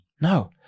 no